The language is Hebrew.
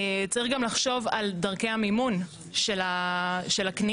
צריך גם לחשוב על דרכי המימון של הקנייה.